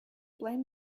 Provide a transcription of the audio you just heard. blame